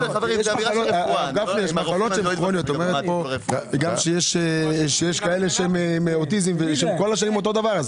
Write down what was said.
יש עם אוטיזם, שנשארים אותו דבר.